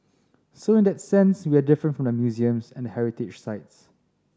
so in that sense we are different from the museums and the heritage sites